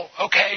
Okay